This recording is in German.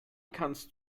kannst